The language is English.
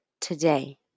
today